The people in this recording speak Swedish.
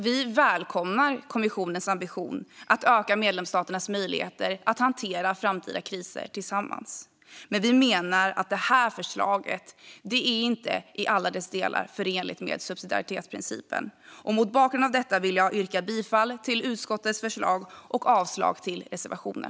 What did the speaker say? Vi välkomnar kommissionens ambition att öka medlemsstaternas möjligheter att hantera framtida kriser tillsammans, men vi menar att detta förslag inte i alla delar är förenligt med subsidiaritetsprincipen. Mot bakgrund av detta vill jag yrka bifall till utskottets förslag och avslag på reservationen.